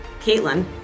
Caitlin